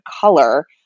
color